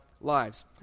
lives